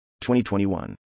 2021